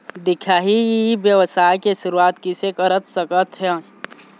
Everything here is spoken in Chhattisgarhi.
दिखाही ई व्यवसाय के शुरुआत किसे कर सकत हे?